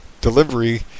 delivery